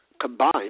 combined